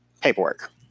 paperwork